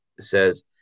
says